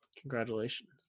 Congratulations